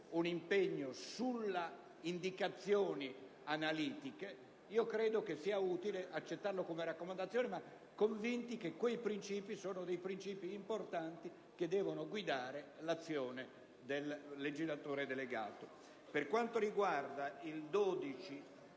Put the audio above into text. un impegno sulle indicazioni analitiche: pertanto utile accettarlo come raccomandazione, convinto che quei principi siano importanti e debbano guidare l'azione del legislatore delegato.